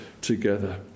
together